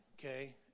Okay